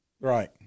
Right